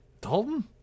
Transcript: Dalton